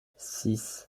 six